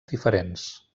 diferents